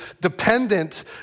dependent